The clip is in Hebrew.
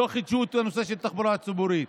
לא חידשו את הנושא של התחבורה הציבורית.